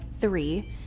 three